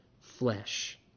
flesh